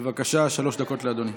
בבקשה, שלוש דקות לאדוני.